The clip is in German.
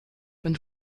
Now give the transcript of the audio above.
wenn